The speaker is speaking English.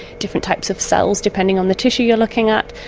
different types of cells, depending on the tissue you are looking at,